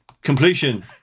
completion